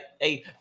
Hey